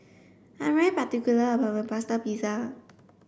I particular about my plaster pizza